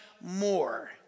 more